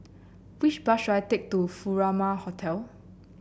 which bus should I take to Furama Hotel